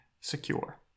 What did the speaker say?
secure